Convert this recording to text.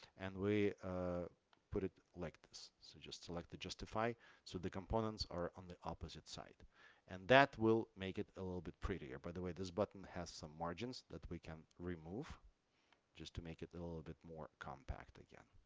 and we put it like this. so just select the justify so the components are on the opposite side and that will make it a little bit prettier by the way this button has some margins that we can remove just to make it a little bit more compact again